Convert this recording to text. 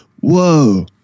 whoa